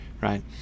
right